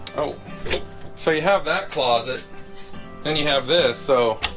oh so you have that closet then you have this so